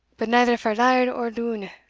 but neither for laird or loon,